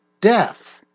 death